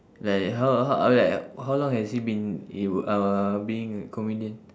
like how how like how long has he been he uh being comedian